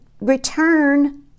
return